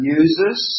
uses